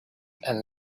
and